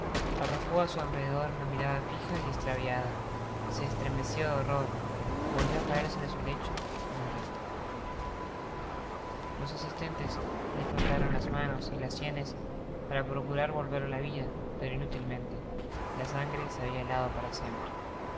arrojo á su alrededor una mirada fija y estraviada se estremeció de horror volvió á caer sobre su lecho y murió los asistentes le frotaron las manos y las sienes para procurar volverla á la vida pero inútilmente la sangre se habia helado para siempre